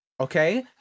okay